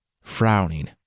frowning